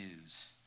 news